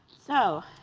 so,